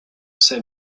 ces